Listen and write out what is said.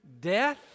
death